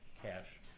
cash